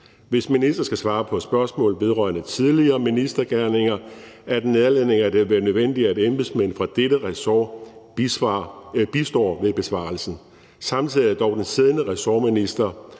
Hvis en minister skal svare på et spørgsmål vedrørende tidligere ministergerninger, er det nærliggende, at det er nødvendigt, at embedsmænd fra dette ressort bistår med besvarelsen. Samtidig er det dog en siddende ressortminister,